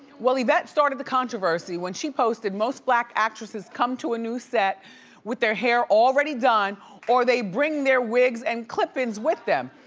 well, yvette started the controversy when she posted, most black actresses come to a new set with their hair all ready done or they bring their wigs and clip ins with them.